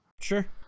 Sure